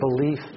belief